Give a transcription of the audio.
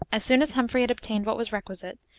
as soon as humphrey had obtained what was requisite,